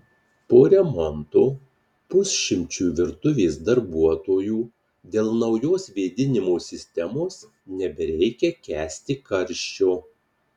po remonto pusšimčiui virtuvės darbuotojų dėl naujos vėdinimo sistemos nebereikia kęsti karščio